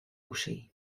uschè